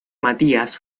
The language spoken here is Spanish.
matías